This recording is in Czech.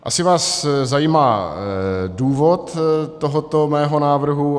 Asi vás zajímá důvod tohoto mého návrhu.